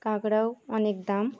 কাঁকড়াও অনেক দাম